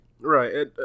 Right